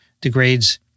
degrades